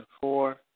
four